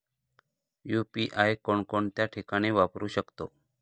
UPI कोणकोणत्या ठिकाणी वापरू शकतो?